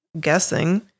guessing